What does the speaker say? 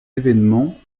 événements